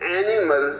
animal